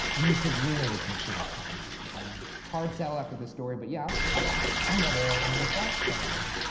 and you should really consider headin' out there, man. hard sell after this story, but yeah, i'll check it out. i met ah an unsolved fan there.